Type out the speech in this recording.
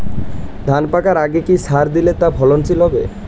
ধান পাকার আগে কি সার দিলে তা ফলনশীল হবে?